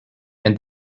and